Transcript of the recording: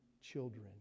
children